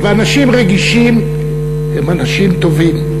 אנשים רגישים הם אנשים טובים,